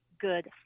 good